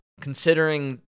considering